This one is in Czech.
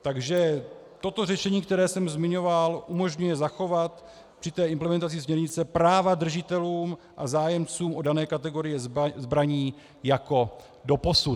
Takže toto řešení, které jsem zmiňoval, umožňuje zachovat při té implementaci směrnice práva držitelům a zájemcům o dané kategorie zbraní jako doposud.